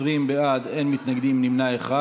20 בעד, אין מתנגדים, נמנע אחד.